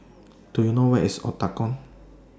Do YOU know Where IS The Octagon